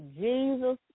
Jesus